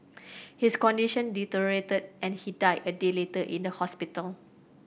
his condition deteriorated and he died a day later in the hospital